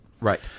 Right